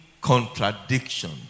contradiction